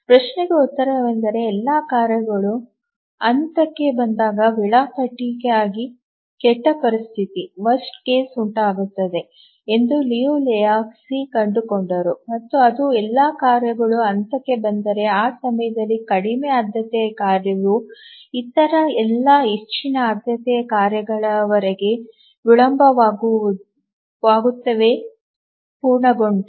ಪ್ರಶ್ನೆಗೆ ಉತ್ತರವೆಂದರೆ ಎಲ್ಲಾ ಕಾರ್ಯಗಳು ಹಂತಕ್ಕೆ ಬಂದಾಗ ವೇಳಾಪಟ್ಟಿಗಾಗಿ ಕೆಟ್ಟ ಪರಿಸ್ಥಿತಿ ಉಂಟಾಗುತ್ತದೆ ಎಂದು ಲಿಯು ಲೆಹೋಜ್ಕಿ ಕಂಡುಕೊಂಡರು ಮತ್ತು ಎಲ್ಲಾ ಕಾರ್ಯಗಳು ಹಂತಕ್ಕೆ ಬಂದರೆ ಆ ಸಮಯದಲ್ಲಿ ಕಡಿಮೆ ಆದ್ಯತೆಯ ಕಾರ್ಯವು ಇತರ ಎಲ್ಲ ಹೆಚ್ಚಿನ ಆದ್ಯತೆಯ ಕಾರ್ಯಗಳವರೆಗೆ ವಿಳಂಬವಾಗುತ್ತದೆ ಪೂರ್ಣಗೊಂಡಿದೆ